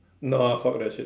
nah fuck that shit